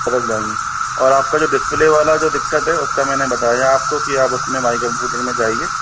और आपका जो डिस्प्ले वाला जो दिक्कत है उसका मैंने बता दिया है आपको की आप उसमे माई कंप्युटर में जाइए